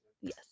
Yes